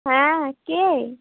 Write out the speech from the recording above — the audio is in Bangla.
হ্যাঁ কে